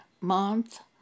Month